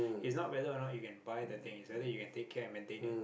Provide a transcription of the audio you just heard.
is not whether or not you can buy the thing is whether you can take care and maintenance